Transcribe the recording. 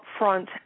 upfront